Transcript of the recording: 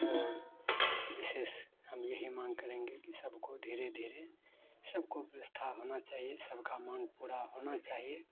और विशेष हम यही माँग करेंगे कि सबको धीरे धीरे सबको व्यवस्था होना चाहिए सबकी माँग पूरी होनी चाहिए